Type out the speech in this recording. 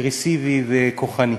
אגרסיבי וכוחני.